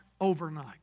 overnight